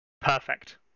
perfect